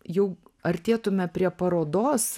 jau artėtume prie parodos